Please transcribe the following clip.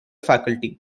faculty